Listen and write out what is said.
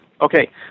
Okay